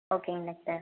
ஓகேங்க டாக்டர்